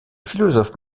philosophe